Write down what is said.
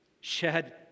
shed